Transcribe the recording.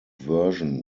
version